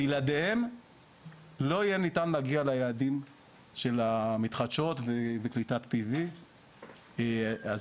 בלעדיהם לא יהיה ניתן להגיע ליעדים של המתחדשות וקליטת PV. אז,